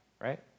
right